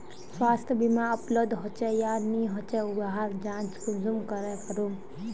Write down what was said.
स्वास्थ्य बीमा उपलब्ध होचे या नी होचे वहार जाँच कुंसम करे करूम?